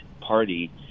party